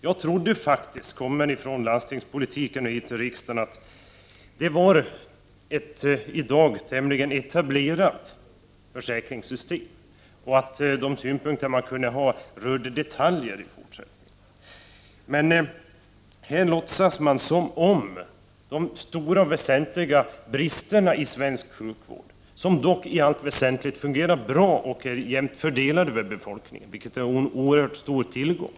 Jag trodde, kommen från landstingspolitiken och hit till riksdagen, att det rörde sig om ett i dag tämligen etablerat försäkringssystem och att de synpunkter som man i fortsättningen kunde ha avsåg detaljer. Försäkringssystemet fungerar ju i allt väsentligt bra, och det är också en jämn fördelning inom befolkningen, vilket är en oerhört stor tillgång.